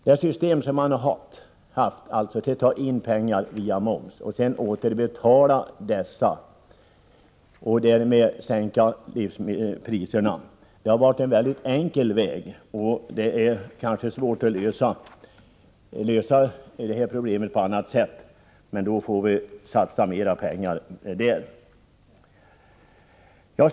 Det system som man har haft, att ta in pengar via momsen och sedan återbetala dessa och därmed sänka livsmedelspriserna, har varit en väldigt enkel väg. Det blir kanske svårt att lösa problemet på annat sätt, men då får vi satsa mera pengar i återbetalning på momsen.